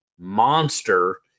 Monster